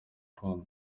gakondo